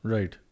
Right